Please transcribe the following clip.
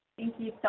thank you so